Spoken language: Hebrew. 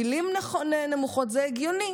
מילים נמוכות, זה הגיוני.